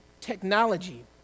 technology